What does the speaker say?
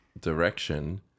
direction